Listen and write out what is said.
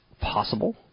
possible